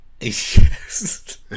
Yes